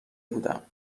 بودم